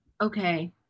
okay